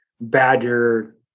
Badger